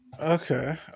okay